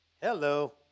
Hello